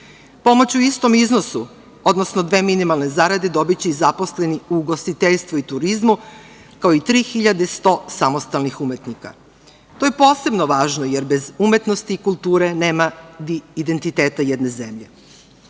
Pomoć u istom iznosu, odnosno dve minimalne zarade dobiće i zaposleni ugostiteljstvu i turizmu, kao i 3.100 samostalnih umetnika. To je posebno važno jer bez umetnosti i kulture nema identiteta jedne zemlje. Ono